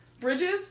Bridges